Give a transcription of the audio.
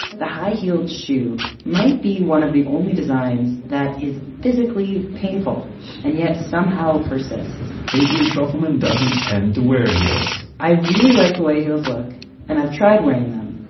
the high-heeled shoe might be one of the only designs that is physically painful and yet somehow persists avery trufelman doesn't tend to wear heels. i really like the way heels look and i've tried wearing them,